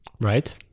Right